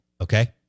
Okay